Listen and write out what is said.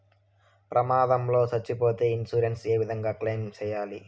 ప్రమాదం లో సచ్చిపోతే ఇన్సూరెన్సు ఏ విధంగా క్లెయిమ్ సేయాలి?